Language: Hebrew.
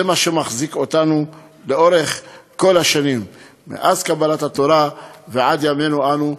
זה מה שמחזיק אותנו לאורך כל השנים מאז קבלת התורה ועד ימינו אנו,